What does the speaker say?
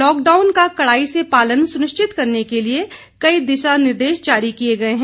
lockdown का कड़ाई से पालन सुनिश्चित करने के लिए कई दिशा निर्देश जारी किए गए हैं